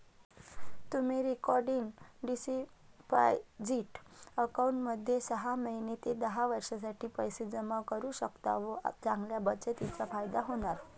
तुम्ही recurring deposit अकाउंटमध्ये सहा महिने ते दहा वर्षांसाठी पैसे जमा करू शकता व चांगल्या बचतीचा फायदा होणार